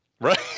right